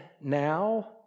now